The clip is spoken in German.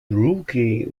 rookie